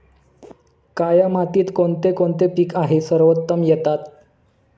काया मातीत कोणते कोणते पीक आहे सर्वोत्तम येतात?